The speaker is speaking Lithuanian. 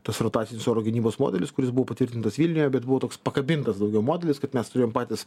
tas rotacinis oro gynybos modelis kuris buvo patvirtintas vilniuje bet buvo toks pakabintas daugiau modelis kad mes turėjom patys